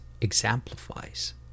exemplifies